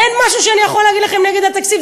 אין משהו שאני יכול להגיד לכם נגד התקציב.